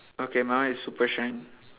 okay my one is super shine